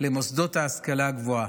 למוסדות ההשכלה הגבוהה.